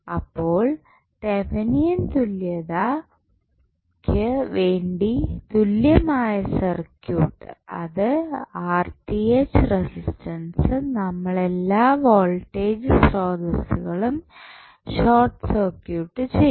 അപ്പോൾ തെവിനിയൻ തുല്യതയ്ക്ക് വേണ്ടി തുല്യമായ സർക്യൂട്ട് അത് റെസിസ്റ്റൻസ് നമ്മളെല്ലാ വോൾട്ടേജ് സ്രോതസ്സുകളും ഷോർട്ട് സർക്യൂട്ട് ചെയ്യും